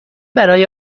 برای